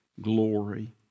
glory